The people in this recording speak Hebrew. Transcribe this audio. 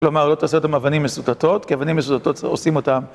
כלומר, לא תעשה אותם אבנים מסוטטות, כי אבנים מסוטטות עושים אותם.